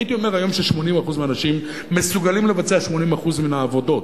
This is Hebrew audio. הייתי אומר היום ש-80% מהאנשים מסוגלים לבצע 80% מהעבודות,